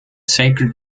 sacred